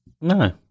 No